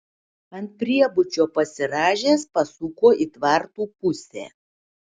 ant priebučio pasirąžęs pasuko į tvartų pusę